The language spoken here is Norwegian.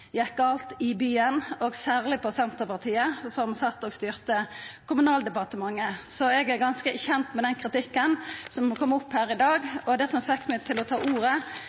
gjekk gale i byen, og særleg skulda dei på Senterpartiet som sat og styrte Kommunaldepartementet. Så eg er kjend med den kritikken som har kome her i dag. Den som fekk meg til å ta ordet,